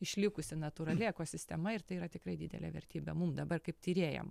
išlikusi natūrali ekosistema ir tai yra tikrai didelė vertybė mum dabar kaip tyrėjam